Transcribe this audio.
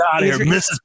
mrs